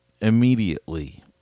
immediately